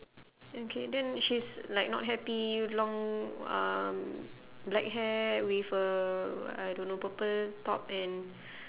okay then she's like not happy long um black hair with a I don't know purple top and